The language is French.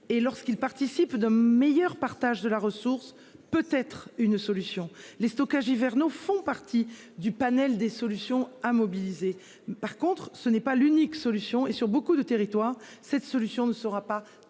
et lorsqu'ils participent d'un meilleur partage de la ressource peut être une solution. Les stockages hivernaux font partie du panel des solutions a mobilisé par contre ce n'est pas l'unique solution est sur beaucoup de territoires, cette solution ne sera pas techniquement